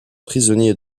prisonnier